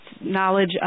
knowledge